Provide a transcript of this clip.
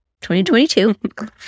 2022